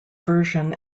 version